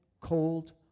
cold